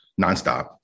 nonstop